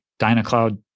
Dynacloud